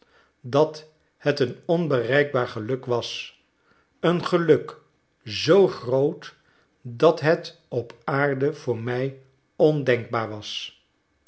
dat het een onbereikbaar geluk was een geluk zoo groot dat het op aarde voor mij ondenkbaar was